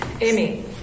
Amy